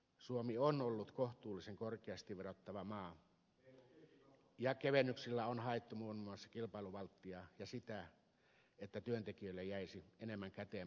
suomi on ollut kohtuullisen korkeasti verottava maa ja kevennyksillä on haettu muun muassa kilpailuvalttia ja sitä että työntekijöille jäisi enemmän käteen palkastaan